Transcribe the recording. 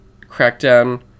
crackdown